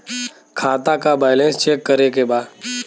खाता का balance check करे के बा?